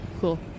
Cool